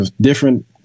different